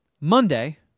Monday